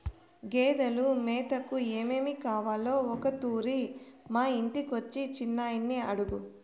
గేదెలు మేతకు ఏమేమి కావాలో ఒకతూరి మా ఇంటికొచ్చి చిన్నయని అడుగు